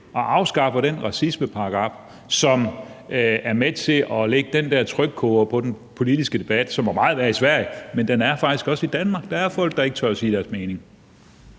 og afskaffer den racismeparagraf, som er med til at lægge den der trykkoger på den politiske debat, som er meget værre i Sverige, men den er her faktisk også i Danmark, for der er folk, der ikke tør sige deres mening.